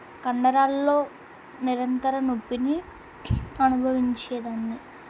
కండరాల్లో నిరంతర నొప్పిని అనుభవించేదాన్ని